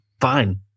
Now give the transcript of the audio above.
Fine